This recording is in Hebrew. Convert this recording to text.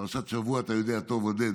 את פרשת השבוע אתה יודע טוב, עודד.